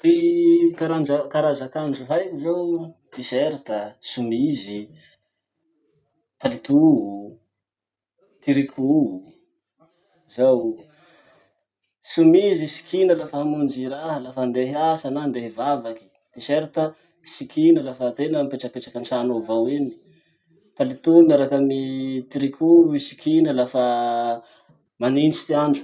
Ty taranja karaza akanjo haiko zao, t-shirt, somizy, palito, tiriko, zao o. Somizy sikina lafa hamonjy raha lafa handeha hiasa na handeha hivavaky, t-shirt sikina lafa tena mipetrapetraky antrano ao avao iny, palito miaraky amy triko ro sikina lafa manitsy ty andro.